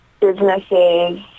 businesses